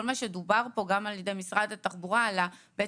כל מה שדובר פה, גם על ידי משרד התחבורה, שבעצם